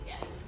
Yes